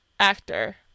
Actor